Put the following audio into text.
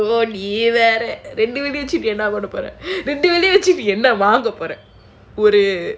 !aiyo! நீ வேற ரெண்டு வீடு வச்சிட்டு என்ன பண்ண போற ரெண்டு வீடு வச்சிட்டு என்ன வாங்க போற:nee vera rendu veedu vachitu enna panna pora rendu veedu vachitu enna vaanga pora